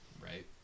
Right